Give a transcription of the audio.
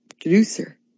producer